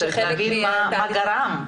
להגיד מה גרם.